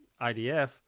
IDF